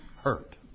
hurt